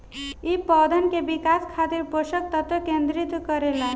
इ पौधन के विकास खातिर पोषक तत्व केंद्रित करे ला